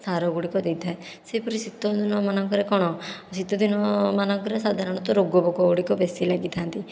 ସାର ଗୁଡ଼ିକ ଦେଇଥାଏ ସେହିପରି ଶୀତ ଦିନ ମାନଙ୍କରେ କଣ ଶୀତ ଦିନ ମାନଙ୍କରେ ସାଧାରଣତଃ ରୋଗ ପୋକ ଗୁଡ଼ିକ ବେଶୀ ଲାଗିଥାନ୍ତି